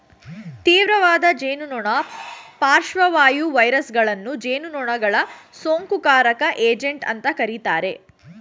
ತೀವ್ರವಾದ ಜೇನುನೊಣ ಪಾರ್ಶ್ವವಾಯು ವೈರಸಗಳನ್ನು ಜೇನುನೊಣಗಳ ಸೋಂಕುಕಾರಕ ಏಜೆಂಟ್ ಅಂತ ಕರೀತಾರೆ